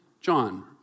John